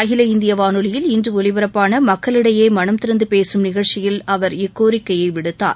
அகில இந்திய வானொலியில் இன்று ஒலிபரப்பான மக்களிடையே மனந்திறந்து பேசும் நிகழ்ச்சியில் அவர் இக்கோரிக்கையை விடுத்தார்